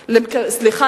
כזה.